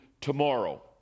tomorrow